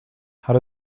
how